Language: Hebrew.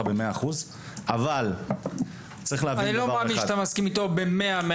במאה אחוז --- אני לא מאמין שאתה מסכים איתו ב-100%,